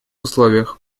условиях